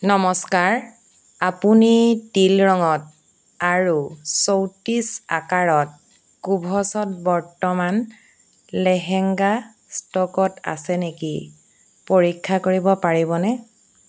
নমস্কাৰ আপুনি টীল ৰঙত আৰু চৌত্ৰিছ আকাৰত কুভছ্ত বৰ্তমান লেহেঙ্গা ষ্টকত আছে নেকি পৰীক্ষা কৰিব পাৰিবনে